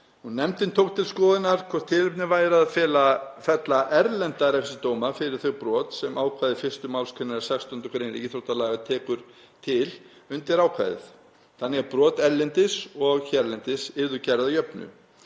Nefndin tók til skoðunar hvort tilefni væri til að fella erlenda refsidóma fyrir þau brot sem ákvæði 1. mgr. 16. gr. íþróttalaga tekur til undir ákvæðið þannig að brot erlendis og hérlendis yrðu gerð að jöfnu.